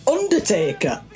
Undertaker